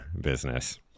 business